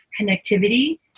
connectivity